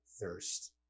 thirst